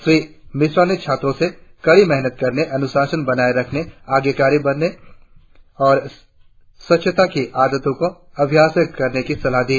श्री मिश्रा ने छात्रों से कड़ी मेहनत करने अनुशासन बनाए रखने आज्ञाकारी होने और स्वच्छता की आदतों का अभ्यास करने की सलाह दी